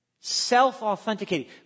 Self-authenticating